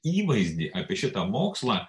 įvaizdį apie šitą mokslą